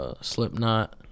Slipknot